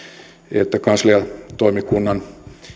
kansliatoimikunnan